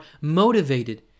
motivated